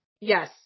Yes